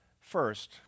first